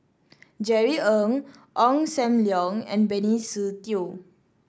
Jerry Ng Ong Sam Leong and Benny Se Teo